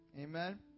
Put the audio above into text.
Amen